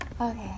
okay